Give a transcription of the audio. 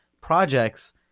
projects